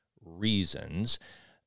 reasons